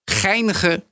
geinige